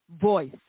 Voice